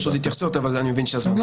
יש עוד התייחסות אבל אני מבין שהזמן קצר.